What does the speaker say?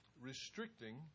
restricting